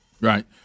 Right